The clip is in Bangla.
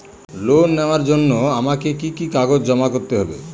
লোন নেওয়ার জন্য আমাকে কি কি কাগজ জমা করতে হবে?